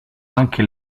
anche